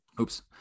Oops